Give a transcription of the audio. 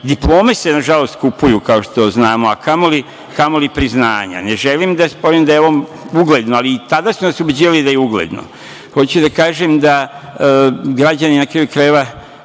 diplome se, nažalost, kupuju, kao što znamo, a kamoli priznanja. Ne želim da ovim delom ugledno, ali i tada su nas ubeđivali da je ugledno. Hoću da kažem da građani na kraju krajeva,